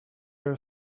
are